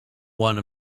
one